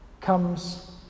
comes